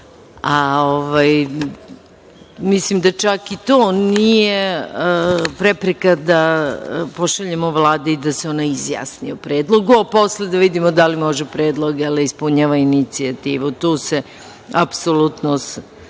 radi. Mislim da čak ni to nije prepreka da pošaljemo Vladi i da se ona izjasni o predlogu, a posle da vidimo da li može predlog, jel ispunjava inicijativu, tu se apsolutno